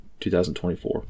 2024